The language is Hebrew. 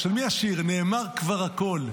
של מי השיר "נאמר כבר הכול"?